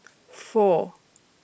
four